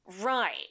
Right